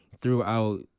throughout